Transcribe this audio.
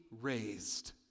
raised